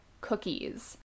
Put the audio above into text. cookies